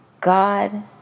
God